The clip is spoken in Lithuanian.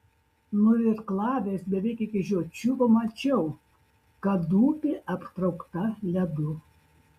nuirklavęs beveik iki žiočių pamačiau kad upė aptraukta ledu